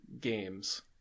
games